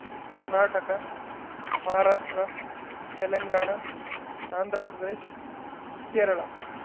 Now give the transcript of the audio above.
Karnataka Maharashtra Telangana Andhra Pradesh Kerala